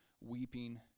weeping